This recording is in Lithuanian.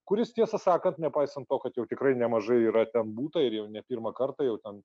kuris tiesą sakant nepaisant to kad jau tikrai nemažai yra ten būta ir jau ne pirmą kartą jau ten